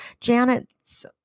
Janet's